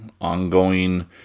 ongoing